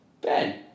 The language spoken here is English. Ben